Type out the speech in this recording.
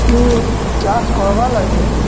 ଇ ଚାଷ୍ କରବାର୍ ଲାଗି